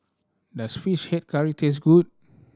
does Fish Head Curry taste good